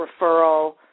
referral